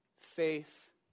faith